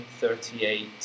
1938